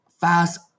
fast